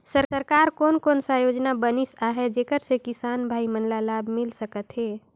सरकार कोन कोन सा योजना बनिस आहाय जेकर से किसान भाई मन ला लाभ मिल सकथ हे?